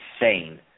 insane